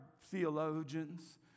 theologians